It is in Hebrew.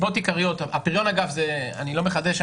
הפריון אגב אני לא מחדש,